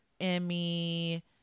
Emmy